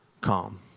calm